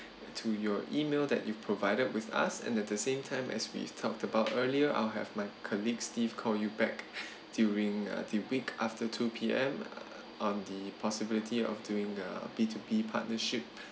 to your email that you provided with us and at the same time as we talked about earlier I'll have my colleague steve call you back during uh the week after two P_M uh on the possibility of doing the B to B partnership